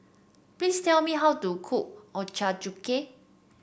please tell me how to cook Ochazuke